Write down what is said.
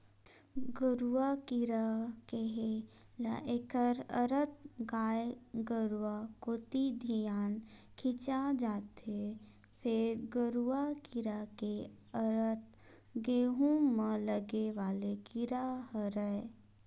गरुआ कीरा केहे ल एखर अरथ गाय गरुवा कोती धियान खिंचा जथे, फेर गरूआ कीरा के अरथ गहूँ म लगे वाले कीरा हरय